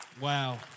Wow